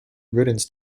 riddance